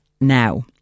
now